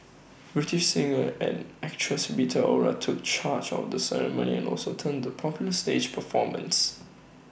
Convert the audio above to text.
British singer and actress Rita Ora took charge of the ceremony and also turned to popular stage performance